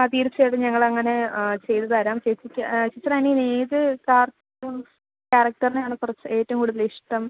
ആ തീർച്ചയായിട്ടും ഞങ്ങളങ്ങനെ ചെയ്തു തരാം ചേച്ചിക്ക് ചേച്ചിയുടെ അനിയൻ ഏത് കാർട്ടൂൺ ക്യാരക്റ്ററിനെ ആണ് കുറച്ച് ഏറ്റവും കൂടുതൽ ഇഷ്ടം